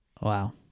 wow